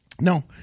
no